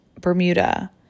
bermuda